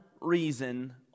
reason